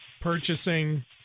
purchasing